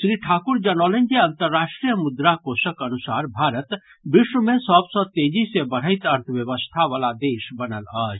श्री ठाकुर जनौलनि जे अंतर्राष्ट्रीय मुद्रा कोषक अनुसार भारत विश्व मे सभ सँ तेजी से बढ़ैत अर्थव्यवस्था वला देश बनल अछि